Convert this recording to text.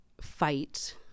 fight